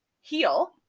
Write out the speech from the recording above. heal